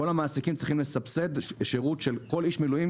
כל המעסיקים צריכים לסבסד שירות של כל איש מילואים,